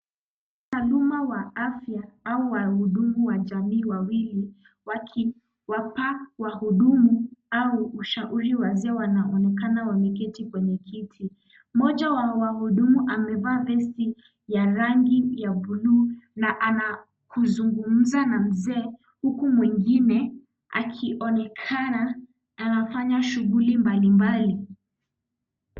Wataaluma wa afya au wahudumu wa jamii wawili. Wakiwapa wahudumu au ushauri wazee wanaoonekana wameketi kwenye kiti. Mmoja wa wahudumu amevaa vesti ya rangi ya buluu, na anazungumza na mzee, huku mwingine akionekana anafanya shughuli mbalimbali.